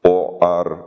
o ar